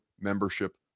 membership